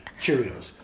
Cheerios